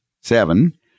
Seven